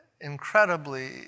incredibly